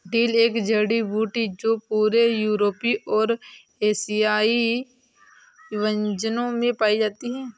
dill एक जड़ी बूटी है जो पूरे यूरोपीय और एशियाई व्यंजनों में पाई जाती है